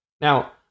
Now